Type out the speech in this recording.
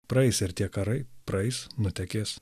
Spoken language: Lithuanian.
praeis ir tie karai praeis nutekės